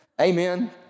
amen